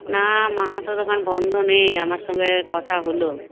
না মাহাতো দোকান বন্ধ নেই আমার সঙ্গে কথা হল